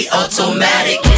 automatic